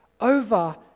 over